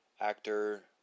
actor